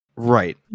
Right